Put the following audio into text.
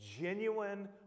genuine